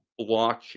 blockchain